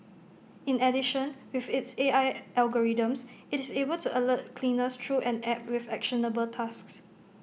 in addition with its A I algorithms IT is able to alert cleaners through an app with actionable tasks